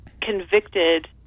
convicted